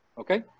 Okay